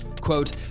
Quote